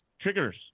Triggers